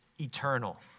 eternal